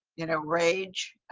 you know, rage,